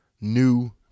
new